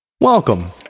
Welcome